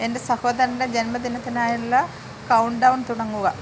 എന്റെ സഹോദരൻ്റെ ജന്മദിനത്തിനായുള്ള കൗൺട് ഡൗൺ തുടങ്ങുക